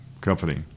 company